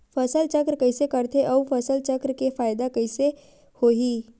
फसल चक्र कइसे करथे उ फसल चक्र के फ़ायदा कइसे से होही?